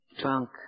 drunk